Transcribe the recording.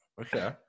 Okay